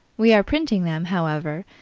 we are printing them, however,